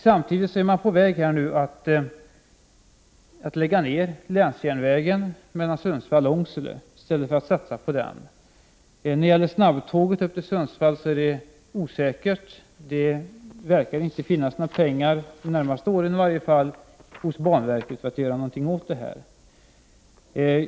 Samtidigt är man på väg att lägga ned länsjärnvägen mellan Sundsvall och Ångsele i stället för att satsa på den. Det är osäkert om det blir något av med snabbtåg till Sundsvall. Det förefaller inte finnas några pengar hos banverket, i varje fall inte under de närmaste åren, för att göra något i det avseendet.